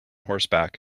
horseback